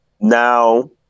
now